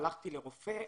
הלכתי לרופא,